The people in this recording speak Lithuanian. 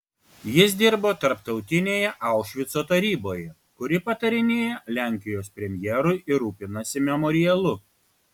jis dirbo tarptautinėje aušvico taryboje kuri patarinėja lenkijos premjerui ir rūpinasi memorialu